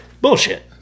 bullshit